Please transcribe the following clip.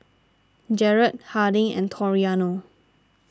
Jarred Harding and Toriano